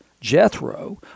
Jethro